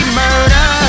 murder